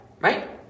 right